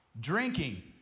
drinking